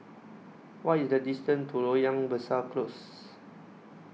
What IS The distance to Loyang Besar Close